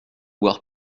boire